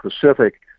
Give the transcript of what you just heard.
Pacific